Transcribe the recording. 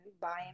buying